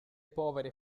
povere